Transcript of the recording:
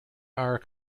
are